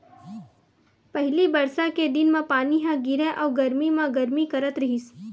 पहिली बरसा के दिन म पानी ह गिरय अउ गरमी म गरमी करथ रहिस